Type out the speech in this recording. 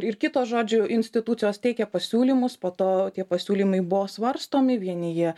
ir kitos žodžiu institucijos teikė pasiūlymus po to tie pasiūlymai buvo svarstomi vieni jie